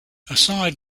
aside